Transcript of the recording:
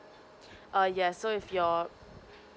err yeah so if your